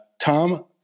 Tom